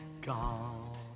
gone